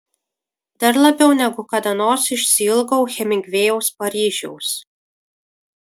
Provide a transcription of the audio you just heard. dar labiau negu kada nors išsiilgau hemingvėjaus paryžiaus